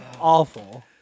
awful